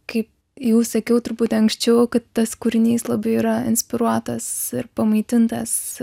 kaip jau sakiau truputį anksčiau kad tas kūrinys labiau yra inspiruotas ir pamaitintas